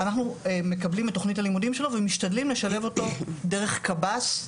אנחנו מקבלים את תכנית הלימודים שלו ומשלבים אותו דרך קב"ס,